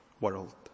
world